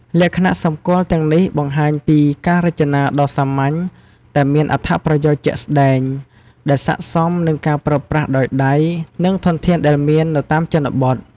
លក្ខណៈសម្គាល់ទាំងនេះបង្ហាញពីការរចនាដ៏សាមញ្ញតែមានអត្ថប្រយោជន៍ជាក់ស្តែង ដែលស័ក្តិសមនឹងការប្រើប្រាស់ដោយដៃ និងធនធានដែលមាននៅតាមជនបទ។